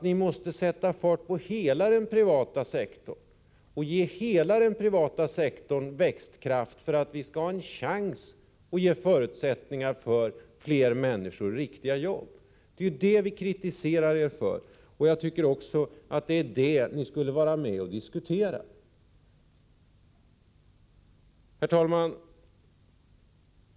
Ni måste sätta fart på hela den privata sektorn och ge hela den privata sektorn växtkraft för att vi skall kunna ha en chans att skapa förutsättningar för att ge fler människor riktiga jobb. Det är ju detta vi kritiserar er för, och jag tycker att det är detta ni skulle vara med och diskutera. Herr talman!